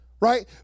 right